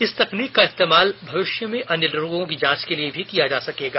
इस तकनीक का इस्तेमाल भविष्य में अन्य रोगों की जांच के लिए भी किया जा सकेगा